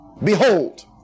Behold